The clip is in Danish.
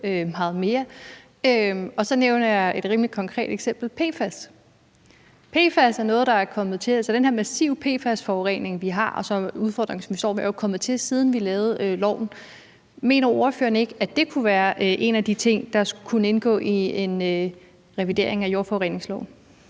Jeg nævnte et rimelig konkret eksempel, nemlig PFAS. Kendskabet til den massive PFAS-forurening, vi har, og som er en udfordring, vi står med, er jo noget, der er kommet til, siden vi lavede loven. Mener ordføreren ikke, at det kunne være en af de ting, der kunne indgå i en revidering af jordforureningsloven?